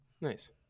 Nice